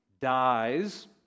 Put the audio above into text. dies